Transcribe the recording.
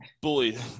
bullied